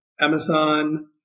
Amazon